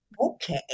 okay